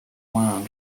line